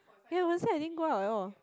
ya Wednesday I didn't go out at all